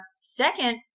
second